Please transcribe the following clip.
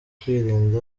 kwirinda